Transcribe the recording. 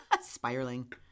Spiraling